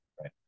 right